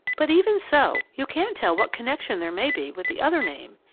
but even so, you can't tell what connection there may be with the other name.